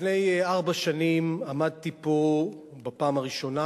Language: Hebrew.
לפני ארבע שנים עמדתי פה בפעם הראשונה